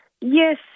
Yes